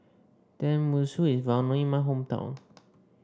tenmusu is well known in my hometown